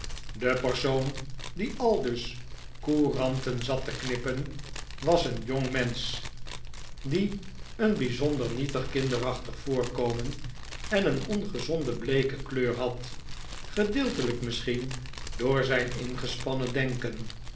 de persoon die aldus couranten zat te knippen was een jongmensch die een bijzonder nietig kinderachtig voorkomen en een ongezonde bleeke kleur had gedeeltelijk misschien door zijn ingespannen denken